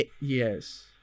Yes